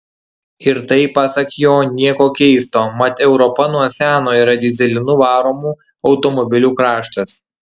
ir tai pasak jo nieko keisto mat europa nuo seno yra dyzelinu varomų automobilių kraštas